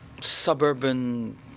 suburban